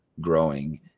growing